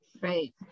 Right